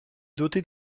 doté